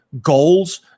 goals